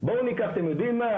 בואו ניקח, אתם יודעים מה?